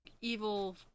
evil